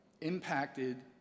impacted